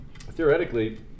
Theoretically